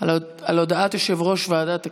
על הודעת יושב-ראש ועדת הכנסת.